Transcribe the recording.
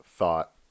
Thought